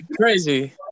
crazy